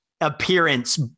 appearance